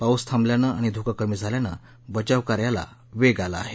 पाऊस थांबल्यानं आणि धक कमी झाल्यानं बचावकार्याला वेग आला आहे